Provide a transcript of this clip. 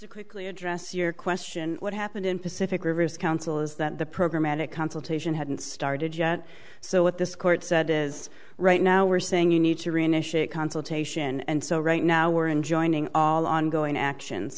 rebuttal quickly address your question what happened in pacific rivers council is that the program matic consultation hadn't started yet so if this court said is right now we're saying you need to reinitiate consultation and so right now we're in joining all ongoing actions